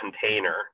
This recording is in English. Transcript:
container